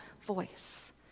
voice